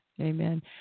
Amen